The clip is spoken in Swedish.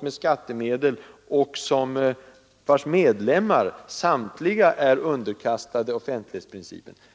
med skattemedel och vilkas medlemmar samtliga är underkastade offentlighetsprincipen.